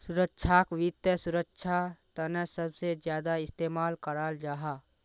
सुरक्षाक वित्त सुरक्षार तने सबसे ज्यादा इस्तेमाल कराल जाहा